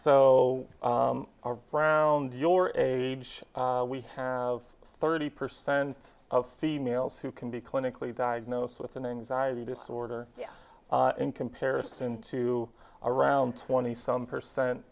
so around your age we have thirty percent of females who can be clinically diagnosed with an anxiety disorder in comparison to around twenty some percent